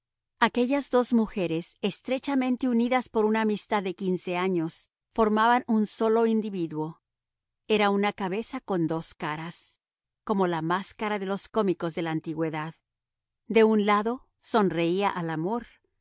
aquellas dos mujeres estrechamente unidas por una amistad de quince años formaban un solo individuo era una cabeza con dos caras como la máscara de los cómicos de la antigüedad de un lado sonreía al amor